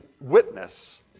witness